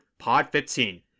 POD15